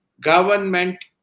government